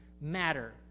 matter